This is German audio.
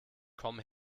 komm